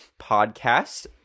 podcast